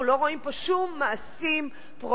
אנחנו לא רואים פה שום מעשים פרואקטיביים,